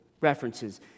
references